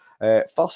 First